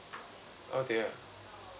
oh dear